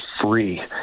free